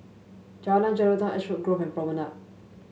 Jalan Jelutong Ashwood Grove and Promenade